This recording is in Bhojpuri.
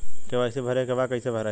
के.वाइ.सी भरे के बा कइसे भराई?